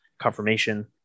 confirmation